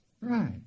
Right